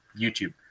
YouTube